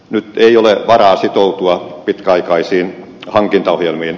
nyt ei ole varaa sitoutua pitkäaikaisiin hankintaohjelmiin